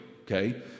okay